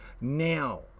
now